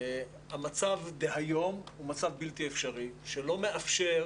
המצב דהיום הוא מצב בלתי אפשרי שלא מאפשר